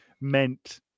meant